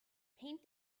paint